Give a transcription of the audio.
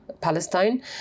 Palestine